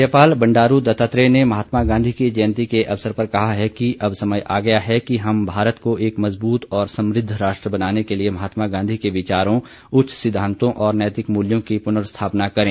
राज्यपाल बंडारू दत्तात्रेय ने कहा है कि महात्मा गॉधी की जयन्ती के अवसर पर कहा कि अब समय आ गया है कि हम भारत को एक मजबूत और समुद्ध राष्ट्र बनाने के लिए महात्मा गॉधी के विचारों उच्च सिद्वांतों और नैतिक मूल्यों की पुनर्स्थापना करें